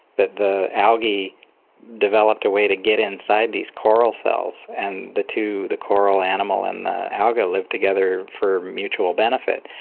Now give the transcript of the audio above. that the algae developed a way to get inside these coral cells, and the two the coral animal and alga lived together for mutual benefit.